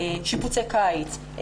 שיפוצי קיץ,